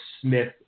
Smith